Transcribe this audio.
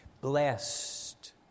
Blessed